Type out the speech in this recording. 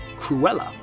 Cruella